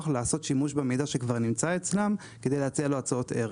לעשות שימוש במידע שכבר נמצא אצלן כדי להציע לו הצעות ערך.